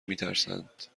میترسند